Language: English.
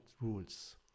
rules